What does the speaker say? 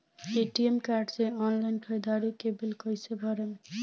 ATM card से online ख़रीदारी के बिल कईसे भरेम?